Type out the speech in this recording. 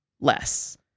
less